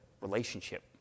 relationship